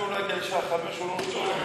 התשע"ו 2016, לוועדת החוקה, חוק ומשפט נתקבלה.